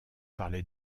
parler